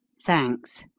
thanks!